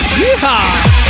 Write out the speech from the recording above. yeehaw